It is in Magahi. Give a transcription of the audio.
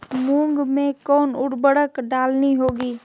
मूंग में कौन उर्वरक डालनी होगी?